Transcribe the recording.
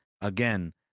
again